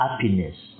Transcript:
happiness